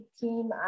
team